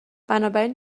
بنابراین